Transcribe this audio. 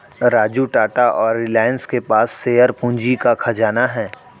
राजू टाटा और रिलायंस के पास शेयर पूंजी का खजाना है